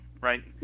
right